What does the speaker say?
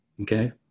okay